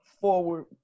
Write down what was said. forward